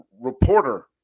reporter